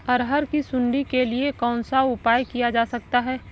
अरहर की सुंडी के लिए कौन सा उपाय किया जा सकता है?